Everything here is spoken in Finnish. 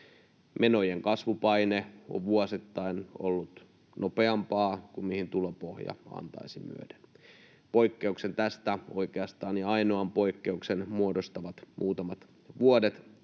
menojen kasvupaine on vuosittain ollut nopeampaa kuin mihin tulopohja antaisi myöden. Poikkeuksen tästä, oikeastaan ainoan poikkeuksen, muodostavat muutamat vuodet